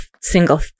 single